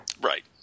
Right